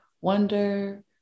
wonder